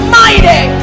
mighty